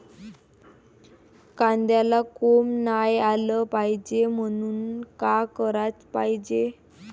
कांद्याला कोंब नाई आलं पायजे म्हनून का कराच पायजे?